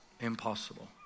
Impossible